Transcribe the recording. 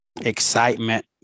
excitement